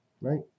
Right